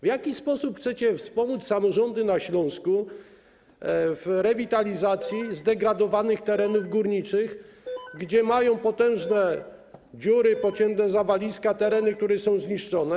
W jaki sposób chcecie wspomóc samorządy na Śląsku w rewitalizacji zdegradowanych terenów górniczych, gdzie są potężne dziury, pocięte zawaliska, tereny, które są zniszczone?